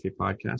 podcast